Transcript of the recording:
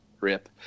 Rip